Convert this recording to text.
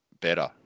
better